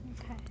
okay